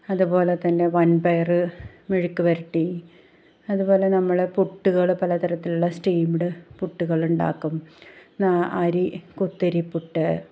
അതുപോലെതന്നെ വൻപയർ മെഴുക്കു വരട്ടി അതുപോലെ നമ്മൾ പുട്ടുകൾ പലതരത്തിലുള്ള സ്റ്റീംഡ് പുട്ടുകളുണ്ടാക്കും അരി കുത്തരിപുട്ട്